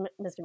Mr